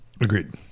agreed